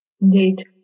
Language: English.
Indeed